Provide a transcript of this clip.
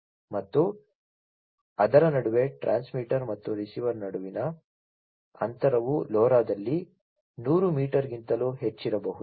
ಮತ್ತು ಅದರ ನಡುವೆ ಟ್ರಾನ್ಸ್ಮಿಟರ್ ಮತ್ತು ರಿಸೀವರ್ ನಡುವಿನ ಅಂತರವು LoRaದಲ್ಲಿ 100 ಮೀಟರ್ಗಿಂತಲೂ ಹೆಚ್ಚಿರಬಹುದು